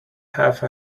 have